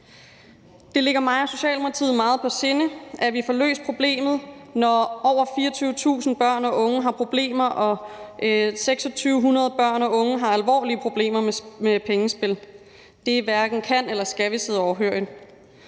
Det ligger mig og Socialdemokratiet meget på sinde, at vi får løst problemet, når over 24.000 børn og unge har problemer og 2.600 børn og unge har alvorlige problemer med pengespil. Det hverken kan eller skal vi sidde overhørig.